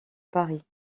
paris